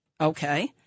Okay